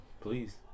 please